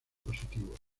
positivos